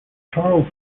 charles